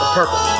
Purple